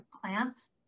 plants